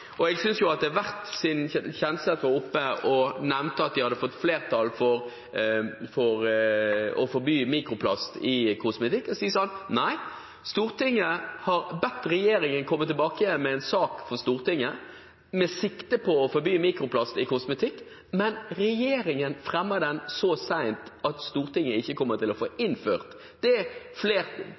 det er verdt å nevne, siden Kjenseth nevnte at de hadde fått flertall for å forby mikroplast i kosmetikk: Nei, Stortinget har bedt regjeringen komme tilbake med en sak til Stortinget «med sikte på» å forby mikroplast i kosmetikk. Men regjeringen fremmer den så sent at Stortinget ikke kommer til å få innført det